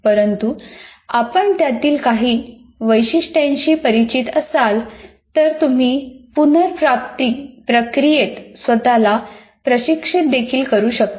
परंतु आपण त्यातील काही वैशिष्ट्यांशी परिचित असाल तर तुम्ही पुनर्प्राप्ती प्रक्रियेत स्वतःला प्रशिक्षित देखील करू शकता